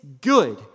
good